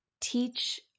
teach